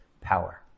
power